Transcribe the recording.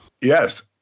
Yes